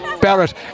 Barrett